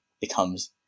becomes